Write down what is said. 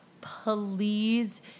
please